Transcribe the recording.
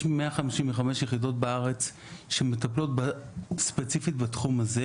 יש 155 יחידות בארץ שמטפלות ספציפית בתחום הזה